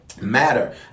matter